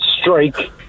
strike